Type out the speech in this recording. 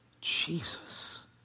Jesus